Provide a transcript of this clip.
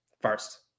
first